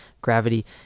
gravity